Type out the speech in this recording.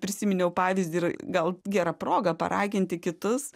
prisiminiau pavyzdį ir gal gera proga paraginti kitus